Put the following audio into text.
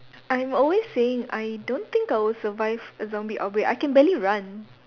I'm always saying I don't think I will survive a zombie outbreak I can barely run